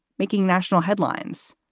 making national headlines.